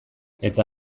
eta